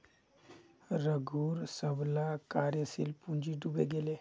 रघूर सबला कार्यशील पूँजी डूबे गेले